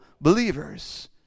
believers